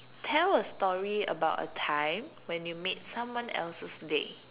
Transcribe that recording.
tell a story about a time when you made someone else's day